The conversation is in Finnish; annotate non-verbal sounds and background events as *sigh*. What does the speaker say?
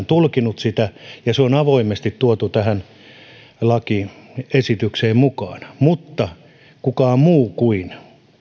*unintelligible* tulkinnut sitä se on avoimesti tuotu tähän lakiesitykseen mukaan mutta kukaan muu kuin